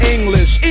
English